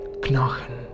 Knochen